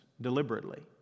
Deliberately